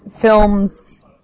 films